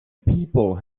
people